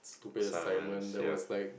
assignments yup